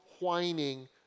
whining